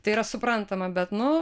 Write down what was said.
tai yra suprantama bet nu